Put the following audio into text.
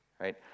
right